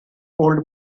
old